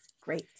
Great